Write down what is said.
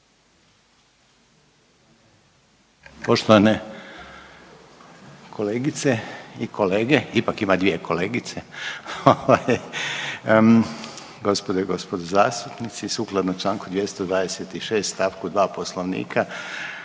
Poštovane kolegice i kolege, ipak ima dvije kolegice, ovaj gospodo i gospodo zastupnici. Sukladno čl. 226. st. 2. Poslovnika